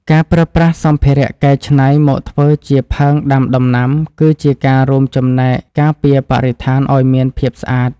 ការប្រើប្រាស់សម្ភារៈកែច្នៃមកធ្វើជាផើងដាំដំណាំគឺជាការរួមចំណែកការពារបរិស្ថានឱ្យមានភាពស្អាត។